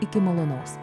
iki malonus